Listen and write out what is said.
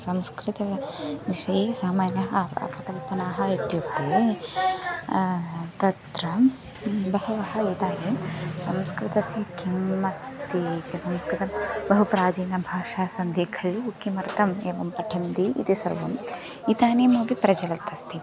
संस्कृतस्य विषये सामान्याः अपकल्पनाः इत्युक्ते तत्र बहवः एताः संस्कृतस्य किम् अस्ति के संस्कृतं बहु प्राचीनभाषा सन्ति खलु किमर्थम् एवं पठन्ति इति सर्वम् इदानीमपि प्रचलत् अस्ति